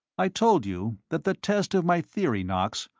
i told you that the test of my theory, knox,